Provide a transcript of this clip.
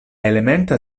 elementa